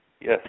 Yes